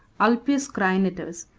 ulpius crinitus,